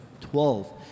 Twelve